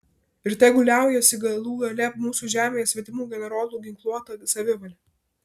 ir tegul liaujasi galų gale mūsų žemėje svetimų generolų ginkluota savivalė